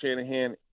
Shanahan